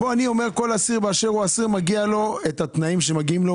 אני אומר שכל אסיר באשר הוא אסיר מגיעים לו התנאים שמגיעים לו.